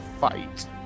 fight